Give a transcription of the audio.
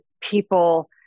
people